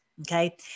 Okay